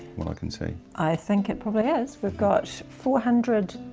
what i can see. i think it probably is. we've got four hundred